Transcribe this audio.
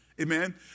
Amen